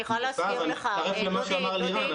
אני מצטרף למה שאמר לירן,